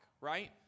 right